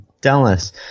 Dallas